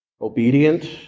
obedient